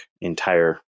entire